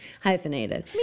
hyphenated